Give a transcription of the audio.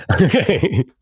Okay